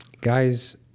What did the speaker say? guys